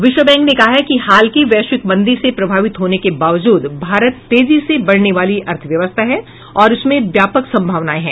विश्व बैंक ने कहा है कि हाल की वैश्विक मंदी से प्रभावित होने के बावजूद भारत तेजी से बढ़ने वाली अर्थव्यवस्था है और उसमें व्यापक संभावनायें हैं